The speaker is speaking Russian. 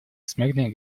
смертный